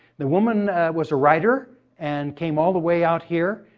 the woman was a writer and came all the way out here,